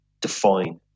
define